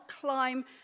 climb